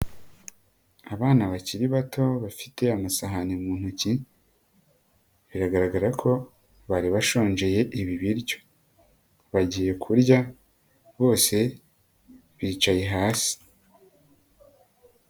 Abana bakiri bato bafite amasahani mu ntoki, biragaragara ko bari bashonjeye ibi biryo bagiye kurya, bose bicaye hasi.